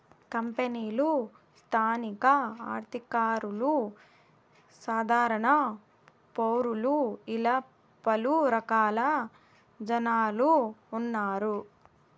కంపెనీలు స్థానిక అధికారులు సాధారణ పౌరులు ఇలా పలు రకాల జనాలు ఉన్నారు